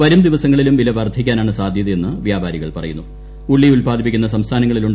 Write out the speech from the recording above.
വരും ദിവസങ്ങളിലും വില വർദ്ധിക്കാനാണ് സാധ്യതയെന്ന് വ്യാപാരികൾ ഉള്ളി ഉല്പാദിപ്പിക്കുന്ന സംസ്ഥാനങ്ങളിൽ പറയുന്നു